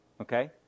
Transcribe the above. Okay